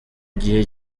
gihe